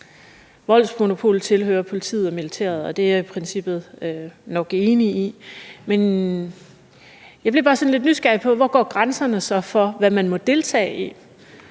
voldsmonopolet tilhører politiet og militæret. Det er jeg i princippet nok enig i, men jeg blev bare sådan lidt nysgerrig på, hvor grænserne så går for, hvad man må deltage i.